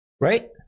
right